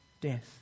death